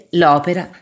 l'opera